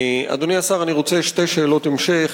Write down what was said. אדוני השר, אני רוצה לשאול שתי שאלות המשך.